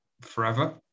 forever